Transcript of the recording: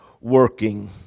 Working